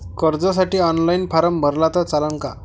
कर्जसाठी online form भरला तर चालन का?